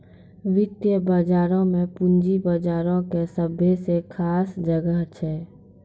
वित्तीय बजारो मे पूंजी बजारो के सभ्भे से खास जगह छै